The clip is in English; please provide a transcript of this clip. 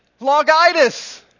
logitis